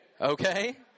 Okay